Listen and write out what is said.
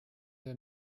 der